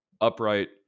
upright